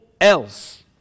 else